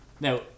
now